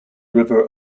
river